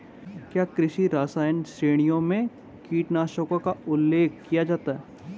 क्या कृषि रसायन श्रेणियों में कीटनाशकों का उल्लेख किया जाता है?